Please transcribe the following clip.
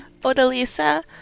Odalisa